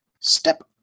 step